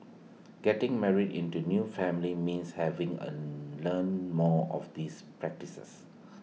getting married into A new family means having A learn more of these practices